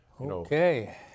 Okay